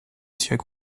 monsieur